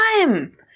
time